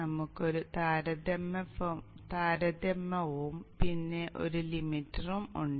നമുക്ക് ഒരു താരതമ്യവും പിന്നെ ഒരു ലിമിറ്ററും ഉണ്ട്